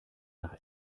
nach